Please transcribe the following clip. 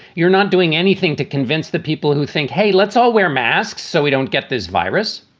you're not doing anything to convince the people who think, hey, let's all wear masks so we don't get this virus,